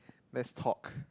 let's talk